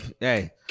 hey